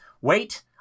wait